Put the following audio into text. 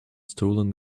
stolen